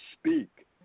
Speak